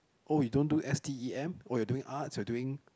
oh you don't do S_T_E_M or you are doing arts you are doing